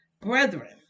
Brethren